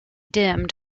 dimmed